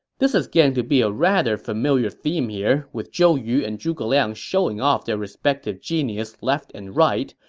this is getting to be a rather familiar theme here, with zhou yu and zhuge liang showing off their respective genius left and right,